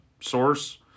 source